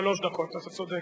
שלוש דקות, אתה צודק.